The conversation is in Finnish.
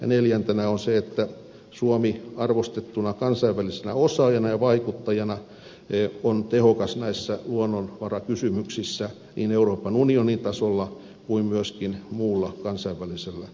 ja neljäntenä on se että suomi arvostettuna kansainvälisenä osaajana ja vaikuttajana on tehokas näissä luonnonvarakysymyksissä niin euroopan unionin tasolla kuin myöskin muulla kansainvälisellä tasolla